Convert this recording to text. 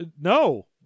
No